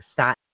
start